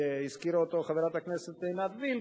שהזכירה אותו גם חברת הכנסת עינת וילף,